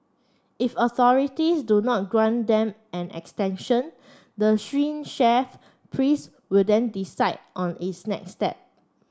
if authorities do not grant them an extension the chef priest will then decide on its next step